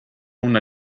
una